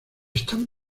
están